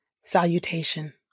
Salutation